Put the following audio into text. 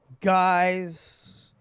guys